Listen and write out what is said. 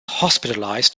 hospitalized